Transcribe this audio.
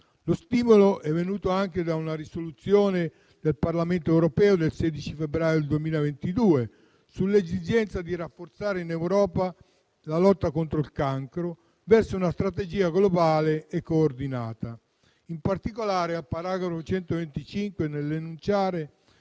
Lo stimolo è venuto da una risoluzione del Parlamento europeo del 16 febbraio 2022 sull'esigenza di rafforzare in Europa la lotta contro il cancro, verso una strategia globale e coordinata. In particolare, al paragrafo 125, nell'enunciare